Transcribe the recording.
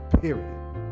period